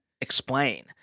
explain